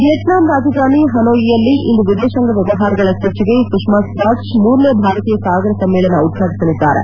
Vietnam ರಾಜಧಾನಿ ಹನ್ಲೊಯಿನಲ್ಲಿ ಇಂದು ವಿದೇಶಾಂಗ ವ್ಲವಹಾರಗಳ ಸಚಿವೆ ಸುಪ್ರಾಸ್ವರಾಜ್ ಮೂರನೇ ಭಾರತೀಯ ಸಾಗರ ಸಮ್ಮೇಳನವನ್ನು ಉದ್ವಾಟಸಲಿದ್ದಾರೆ